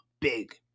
big